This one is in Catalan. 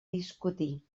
discutir